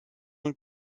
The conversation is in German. und